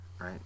right